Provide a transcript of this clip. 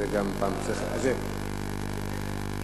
לא לראש האופוזיציה,